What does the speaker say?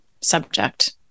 subject